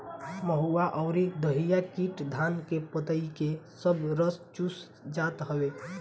महुआ अउरी दहिया कीट धान के पतइ के सब रस चूस जात हवे